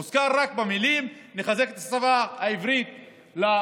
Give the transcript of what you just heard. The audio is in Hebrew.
מוזכר רק במילים: נחזק את השפה העברית לדרוזים.